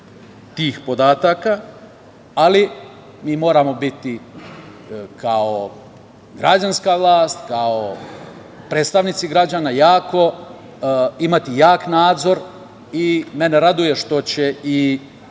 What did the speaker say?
tih podataka, ali mi moramo kao građanska vlast, kao predstavnici građana imati jak nadzor. Mene raduje što će i